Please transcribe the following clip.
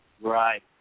Right